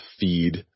feed